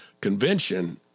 convention